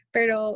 Pero